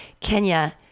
Kenya